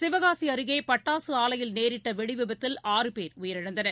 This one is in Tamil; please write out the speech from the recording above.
சிவகாசிஅருகேபட்டாசுஆவையில் நேரிட்டவெடிவிபத்தில் ஆறு பேர் உயிரிழந்தனர்